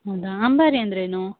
ಹೌದಾ ಅಂಬಾರಿ ಅಂದರೇನು